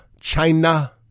China